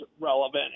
relevant